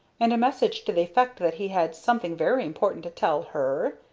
and a message to the effect that he had something very important to tell her?